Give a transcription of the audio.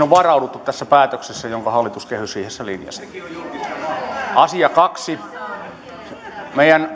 on varauduttu tässä päätöksessä jonka hallitus kehysriihessä linjasi asia kaksi meidän